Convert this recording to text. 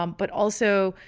um but also,